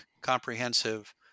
comprehensive